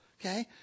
Okay